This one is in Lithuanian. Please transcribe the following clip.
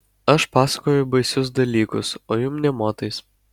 aš pasakoju baisius dalykus o jum nė motais